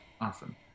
awesome